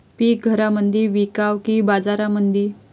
पीक घरामंदी विकावं की बाजारामंदी?